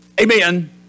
Amen